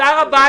תודה רבה.